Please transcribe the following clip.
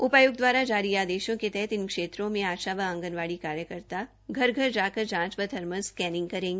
उपाय्क्त दवारा के जारी आदेशों के तहत इन क्षेत्रों में आशा व आंगनवाड़ी कार्यकर्ता घर घर जाकर जांच व थर्मल स्कैनिंग करेंगी